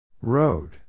Road